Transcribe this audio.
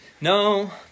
No